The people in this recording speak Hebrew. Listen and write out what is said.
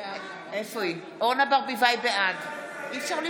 בעד אליהו ברוכי, נגד קרן ברק, נגד ניר ברקת,